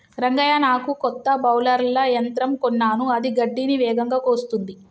రంగయ్య నాకు కొత్త బౌలర్ల యంత్రం కొన్నాను అది గడ్డిని వేగంగా కోస్తుంది